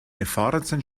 erfahrensten